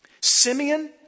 Simeon